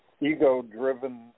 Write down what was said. ego-driven